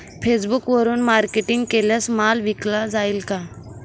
फेसबुकवरुन मार्केटिंग केल्यास माल विकला जाईल का?